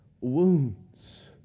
wounds